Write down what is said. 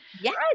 Yes